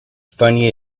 funny